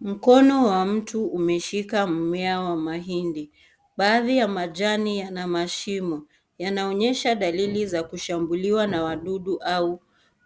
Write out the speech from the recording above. Mkono wa mtu umeshika mmea wa mahindi, baadhi ya majani yana mashimo. Yanaonyesha dalili za kushambuliwa na wadudu au